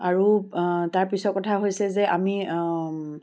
আৰু তাৰ পিছৰ কথা হৈছে যে আমি